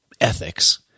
ethics